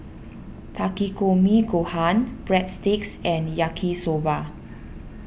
Takikomi Gohan Breadsticks and Yaki Soba